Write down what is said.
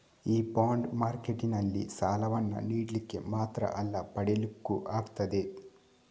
ಈ ಬಾಂಡ್ ಮಾರ್ಕೆಟಿನಲ್ಲಿ ಸಾಲವನ್ನ ನೀಡ್ಲಿಕ್ಕೆ ಮಾತ್ರ ಅಲ್ಲ ಪಡೀಲಿಕ್ಕೂ ಆಗ್ತದೆ